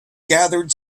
gathered